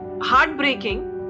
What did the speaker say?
Heartbreaking